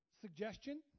suggestion